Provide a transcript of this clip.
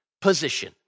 position